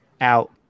out